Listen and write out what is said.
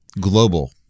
global